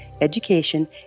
education